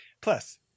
Plus